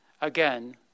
Again